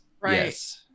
Right